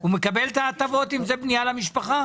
הוא מקבל את ההטבות אם זו בנייה למשפחה?